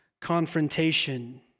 confrontation